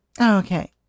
Okay